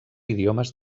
idiomes